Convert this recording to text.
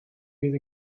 fydd